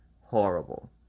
horrible